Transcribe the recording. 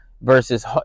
versus